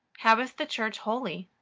how is the church holy?